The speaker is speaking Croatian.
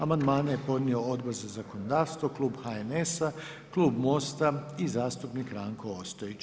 Amandmane je podnio Odbor za zakonodavstvo, Klub HNS-a, Klub Mosta i zastupnik Ranko Ostojić.